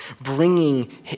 bringing